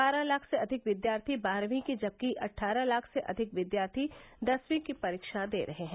बारह लाख से अधिक विद्यार्थी बारहवीं की जबकि अट्ठारह लाख से अधिक विद्यार्थी दसवीं की परीक्षा दे रहे हैं